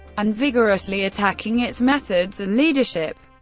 and vigorously attacking its methods and leadership.